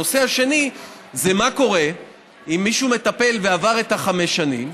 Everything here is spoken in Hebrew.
הנושא השני הוא מה קורה אם מישהו מטפל ועבר את חמש השנים,